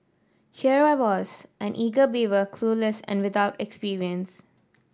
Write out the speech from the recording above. here I was an eager beaver clueless and without experience